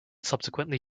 subsequently